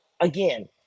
again